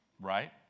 Right